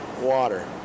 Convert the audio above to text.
water